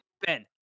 Ben